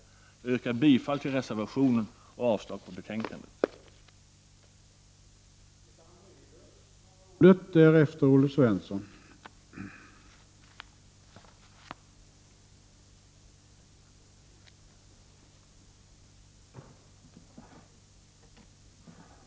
Jag yrkar bifall till reservationen och avslag på hemställan i betänkandet.